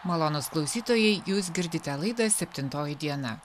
malonūs klausytojai jūs girdite laidą septintoji diena